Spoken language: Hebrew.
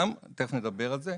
תכף נדבר על זה.